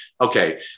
okay